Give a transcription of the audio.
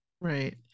right